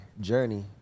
journey